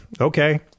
okay